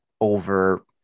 over